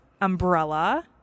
umbrella